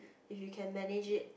if you can manage it